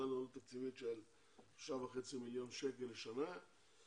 קיבלנו עלות תקציבים של 9.5 מיליון שקל לשנה.